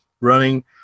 running